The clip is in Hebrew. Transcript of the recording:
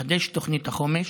לחדש את תוכנית החומש.